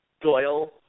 Doyle